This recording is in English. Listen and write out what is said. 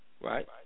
right